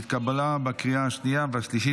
התקבלה בקריאה השנייה והשלישית,